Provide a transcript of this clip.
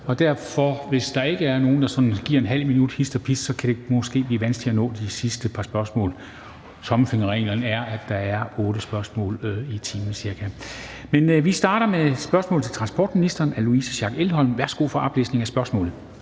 time. Så hvis der ikke er nogen, der sådan giver et halvt minut hist og pist, kan det måske blive vanskeligt at nå det sidste par spørgsmål. Tommelfingerreglen er, at der er otte spørgsmål i timen cirka. Men vi starter med spørgsmål til transportministeren af Louise Schack Elholm. Kl. 13:57 Spm.